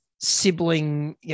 sibling